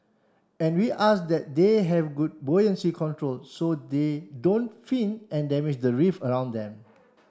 and we ask that they have good buoyancy control so they don't fin and damage the reef around them